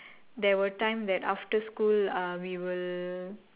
there were time that after school uh we will